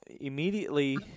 immediately